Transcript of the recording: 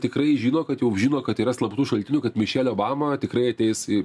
tikrai žino kad jau žino kad yra slaptų šaltinių kad mišelė obama tikrai ateis į